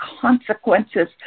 consequences